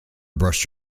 brushed